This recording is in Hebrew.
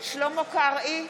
שלמה קרעי,